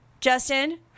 Justin